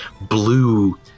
blue